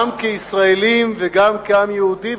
גם כישראלים וגם כעם יהודי,